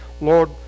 Lord